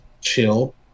chill